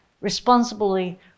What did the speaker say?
responsibly